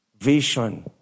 vision